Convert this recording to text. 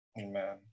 Amen